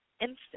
instant